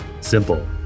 simple